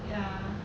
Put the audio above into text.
ya